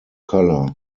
colour